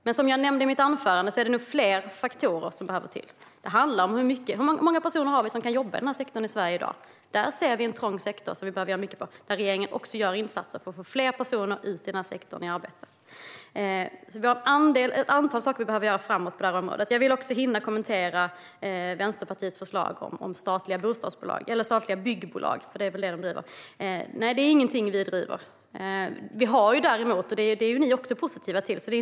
Men som jag nämnde i mitt anförande behövs fler faktorer. Det handlar om hur många personer som kan jobba i sektorn i Sverige i dag. Det är en trång sektor där mycket behöver göras. Regeringen gör också insatser för att få fler personer ut i arbete i den sektorn. Det är ett antal saker som behöver göras framåt i tiden på området. Jag vill också kommentera Vänsterpartiets förslag om statliga byggbolag. Det är inte en fråga som vi i Miljöpartiet driver. Däremot finns Akademiska Hus, och även ni är positiva till bolaget.